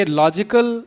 logical